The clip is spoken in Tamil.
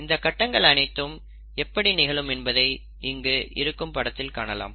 இந்தக் கட்டங்கள் அனைத்தும் எப்படி நிகழும் என்பதை இங்கு இருக்கும் படத்தில் காணலாம்